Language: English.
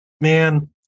man